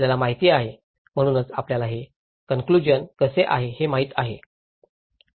आपल्याला माहित आहे म्हणूनच आपल्याला हे कन्क्लुजन कसे आहे हे माहित आहे